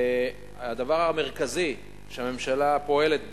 הדבר המרכזי שהממשלה פועלת בו,